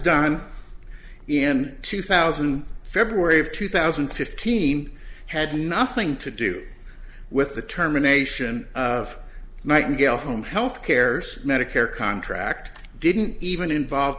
done in two thousand february of two thousand and fifteen had nothing to do with the terminations of nightingale home health care's medicare contract didn't even involve